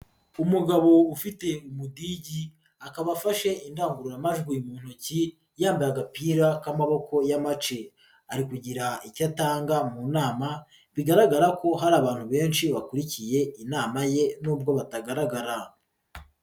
Umugabo ufite umudigi akaba afashe indangururamajwi mu ntoki, yambaye agapira k'amaboko y'amace ari kugira icyo atanga mu nama bigaragara ko hari abantu benshi bakurikiye inama ye n'ubwo batagaragara.